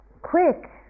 quick